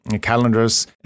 calendars